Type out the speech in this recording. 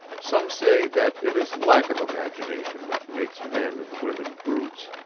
some say that it is lack of imagination which makes men and women brutes.